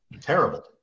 Terrible